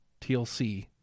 TLC